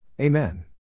Amen